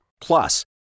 Plus